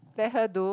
let her do